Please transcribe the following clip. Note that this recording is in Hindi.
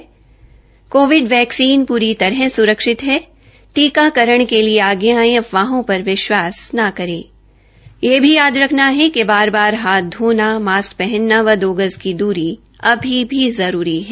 कोविड वैक्सीन पूरी तरह स्रक्षित है टीकाकरण के लिए आगे आएं अफवाहों पर विश्वास न करे यह भी याद रखना है कि बार बार हाथ धोना मास्क पहनना व दो गज की द्री अभी भी जरूरी है